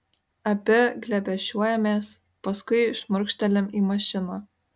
abi glėbesčiuojamės paskui šmurkštelim į mašiną